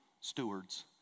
stewards